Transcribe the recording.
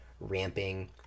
ramping